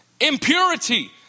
impurity